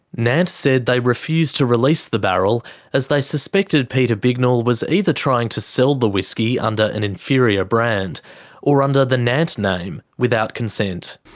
nant said they refused to release the barrel as he suspected peter bignell was either trying to sell the whisky under an inferior brand or under the nant name without consent.